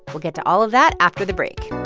we'll get to all of that after the break